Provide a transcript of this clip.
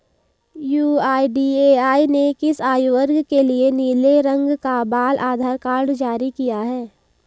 UIDAI ने किस आयु वर्ग के लिए नीले रंग का बाल आधार कार्ड जारी किया है?